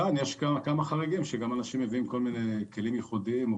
כאן יש כמה חריגים שגם אנשים מביאים כל מיני כלים ייחודיים.